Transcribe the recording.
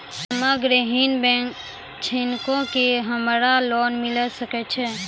हम्मे गृहिणी छिकौं, की हमरा लोन मिले सकय छै?